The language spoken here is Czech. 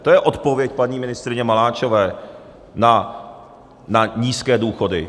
To je odpověď paní ministryně Maláčové na nízké důchody.